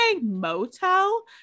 motel